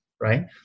right